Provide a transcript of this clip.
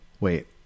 Wait